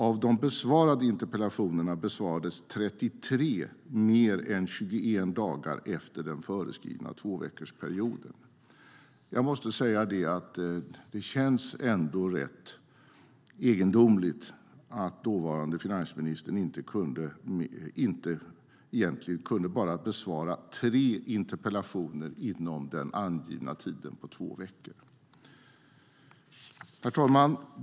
Av de besvarade interpellationerna besvarades 33 mer än 21 dagar efter den föreskrivna tvåveckorsperioden. Jag måste säga att det känns rätt egendomligt att den dåvarande finansministern kunde besvara bara tre interpellationer inom den angivna tiden två veckor. Herr talman!